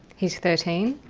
he's thirteen,